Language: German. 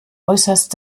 äußerst